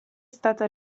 stata